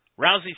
Rousey